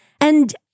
And-